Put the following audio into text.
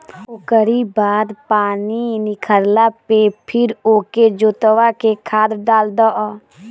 ओकरी बाद पानी निखरला पे फिर ओके जोतवा के खाद डाल दअ